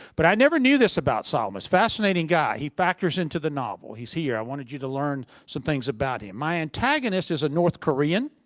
but i never knew this about salomon. fascinating guy. he factors into the novel. he's here, i wanted you to learn some things about him. my antagonist is a north korean.